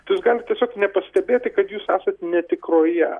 jūs galit tiesiog nepastebėti kad jūs esat netikroje